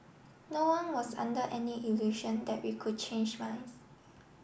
no one was under any illusion that we could change minds